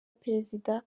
perezida